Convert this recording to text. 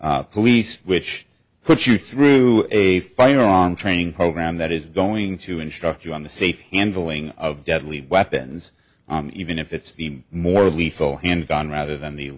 police which put you through a firearm training program that is going to instruct you on the safe handling of deadly weapons even if it's the more we saw handgun rather than the